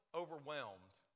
overwhelmed